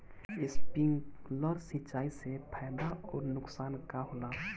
Sprinkler सिंचाई से फायदा अउर नुकसान का होला?